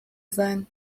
sein